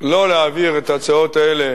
לא להעביר את ההצעות האלה